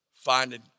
finding